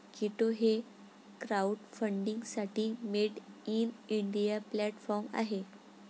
कीटो हे क्राउडफंडिंगसाठी made in India platform आहे